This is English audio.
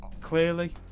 Clearly